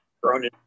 grown